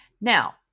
Now